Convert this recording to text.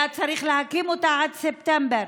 היה צריך להקים אותה עד ספטמבר.